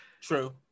True